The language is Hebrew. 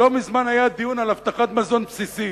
לא מזמן היה דיון על הבטחת מזון בסיסי,